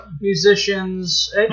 Musicians